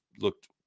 looked